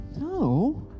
no